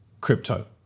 crypto